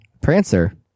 Prancer